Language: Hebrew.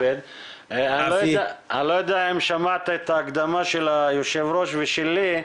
אם שמעת את ההקדמה של היושב-ראש ושלי.